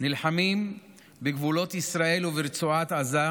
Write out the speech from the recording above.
נלחמים בגבולות ישראל וברצועת עזה,